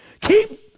keep